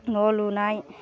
न' लुनाय